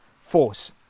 force